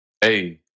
Hey